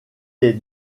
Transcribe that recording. est